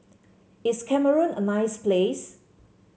is Cameroon a nice place